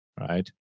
right